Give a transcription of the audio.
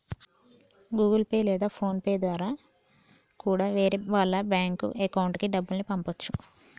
Google Pay లేదా PhonePe ద్వారా కూడా వేరే వాళ్ళ బ్యేంకు అకౌంట్లకి డబ్బుల్ని పంపచ్చు